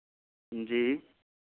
जी